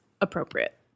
appropriate